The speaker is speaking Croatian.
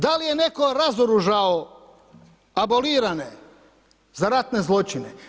Da li je netko razoružao abolirane za ratne zločine?